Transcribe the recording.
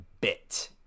bit